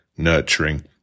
Nurturing